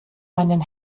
meinen